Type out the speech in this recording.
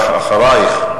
ואחרייך,